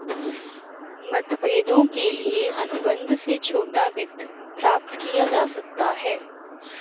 मतभेदों के लिए अनुबंध से छोटा वित्त प्राप्त किया जा सकता है